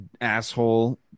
asshole